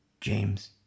James